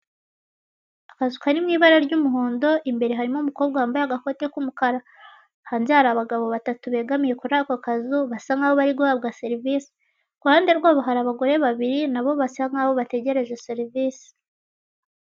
Akazu kari mu ibara ry'umuhondo, imbere harimo umukobwa wambaye agakote k'umukara, hanze hari abagabo batatu begamiye kuri ako kazu basa nkaho bari guhabwa serivisi, ku ruhande rwabo hari abagore babiri na bo basa nkaho bategereje serivisi.